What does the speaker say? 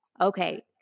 Okay